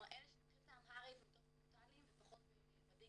אלה שצריכים את האמהרית הם יותר פרונטליים ופחות בדיגיטל.